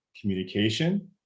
communication